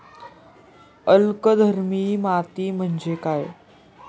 अल्कधर्मी माती म्हणजे काय?